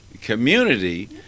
community